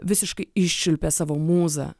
visiškai iščiulpė savo mūzą